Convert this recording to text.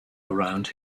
around